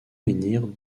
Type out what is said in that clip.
menhir